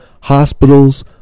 hospitals